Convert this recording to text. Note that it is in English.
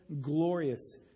glorious